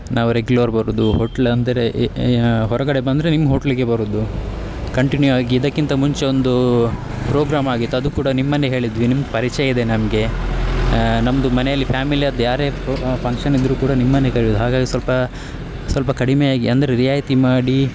ನಾವು ರೆಗ್ಯುಲರ್ ಬರುವುದು ಹೋಟ್ಲ್ ಅಂದರೆ ಯ ಯಾ ಹೊರಗಡೆ ಬಂದರೆ ನಿಮ್ಮ ಹೋಟ್ಲಿಗೆ ಬರುವುದು ಕಂಟಿನ್ಯೂ ಆಗಿ ಇದಕ್ಕಿಂತ ಮುಂಚೆ ಒಂದು ಪ್ರೋಗ್ರಾಮ್ ಆಗಿತ್ತು ಅದು ಕೂಡ ನಿಮ್ಮನ್ನೇ ಹೇಳಿದ್ವಿ ನಿಮ್ಮ ಪರಿಚಯ ಇದೆ ನಮಗೆ ನಮ್ಮದು ಮನೆಯಲ್ಲಿ ಫ್ಯಾಮಿಲಿಯದ್ದು ಯಾರೇ ಪ್ರೊ ಫಂಕ್ಷನ್ ಇದ್ದರೂ ಕೂಡ ನಿಮ್ಮನ್ನೇ ಕರೆಯುವುದು ಹಾಗಾಗಿ ಸ್ವಲ್ಪ ಸ್ವಲ್ಪ ಕಡಿಮೆಯಾಗಿ ಅಂದರೆ ರಿಯಾಯಿತಿ ಮಾಡಿ